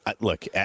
look